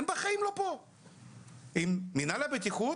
במינהל הבטיחות